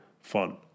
fun